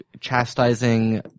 chastising